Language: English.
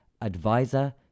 advisor